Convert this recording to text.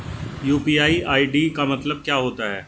UPI ID का मतलब क्या होता है?